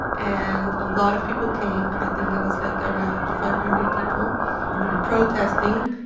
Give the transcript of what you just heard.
and a lot of people came. i think there was, like, around five hundred people protesting.